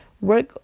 Work